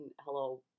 hello